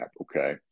okay